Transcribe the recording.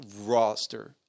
roster